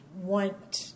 want